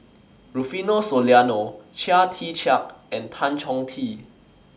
Rufino Soliano Chia Tee Chiak and Tan Chong Tee